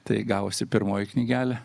tai gavosi pirmoji knygelė